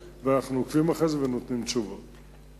מסלול ללימודי רפואה צבאית באוניברסיטה העברית בירושלים.